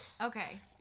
Okay